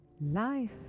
Life